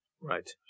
Right